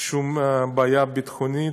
שום בעיה ביטחונית.